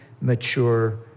mature